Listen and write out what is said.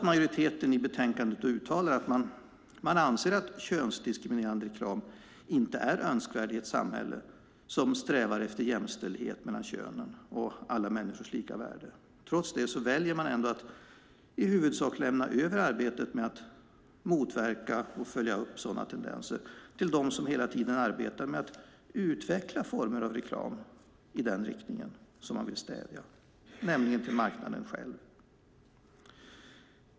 Majoriteten uttalar i betänkandet att man anser att könsdiskriminerande reklam inte är önskvärd i ett samhälle som strävar efter jämställdhet mellan könen och alla människors lika värde. Ändå väljer man att i huvudsak lämna över arbetet med att motverka och följa upp dessa tendenser till dem som hela tiden arbetar med att utveckla reklam i den riktning man vill stävja, nämligen marknaden själv.